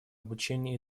обучения